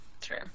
true